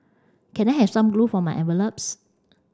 can I have some glue for my envelopes